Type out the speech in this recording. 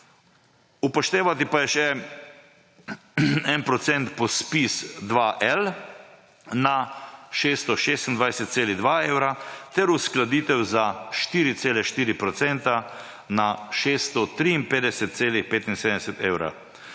Upoštevati pa je 1 % po ZPIZ-2l na 626,2 evra ter uskladitev za 4,4 % na 653,75 evra.